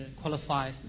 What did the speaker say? qualify